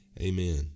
amen